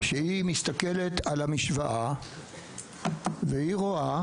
שמסתכלת על המשוואה ורואה,